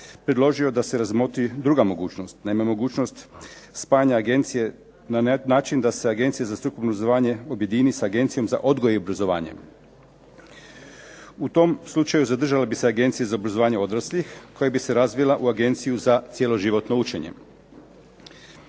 predložio da se razmotri druga mogućnost. Naime, mogućnost spajanja agencije na način da se Agencija za strukovno zvanje objedini s Agencijom za odgoj i obrazovanje. U tom slučaju zadržala bi se Agencija za obrazovanje odraslih, koja bi se razvila u Agenciju za cjeloživotno učenje.